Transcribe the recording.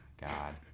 God